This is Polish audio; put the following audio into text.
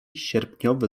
sierpniowy